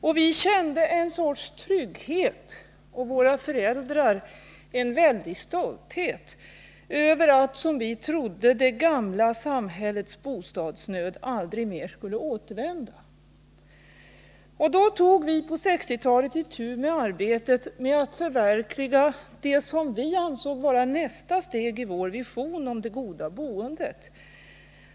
Och vi kände en sorts trygghet — och våra föräldrar en väldig stolthet — över att, som vi trodde, det gamla samhällets bostadsnöd aldrig mer skulle återvända. Då tog vi på 1960-talet itu med arbetet att förverkliga det som vi ansåg vara nästa steg i vår vision om det goda boendet.